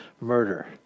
murder